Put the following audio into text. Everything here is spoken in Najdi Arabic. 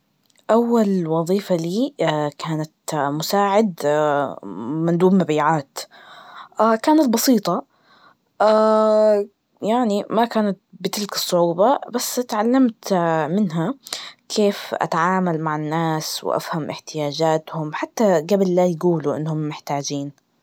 أول وظيفة لي كانت مساعد مندوب مبيعات, كانت بسيطة يعني ما كانت بتلك الصعوبة, بس اتعلمت منها كيف أتعامل مع الناس وأفهم احتياجاتهم, وحتى قبل لا يقولوا إنه محتاجين.